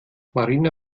marina